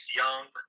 young